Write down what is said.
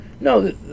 No